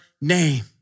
name